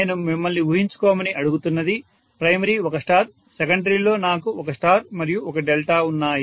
నేను మిమ్మల్ని ఊహించుకోమని అడుగుతున్నది ప్రైమరీ ఒక స్టార్ సెకండరీలో నాకు ఒక స్టార్ మరియు ఒక డెల్టా ఉన్నాయి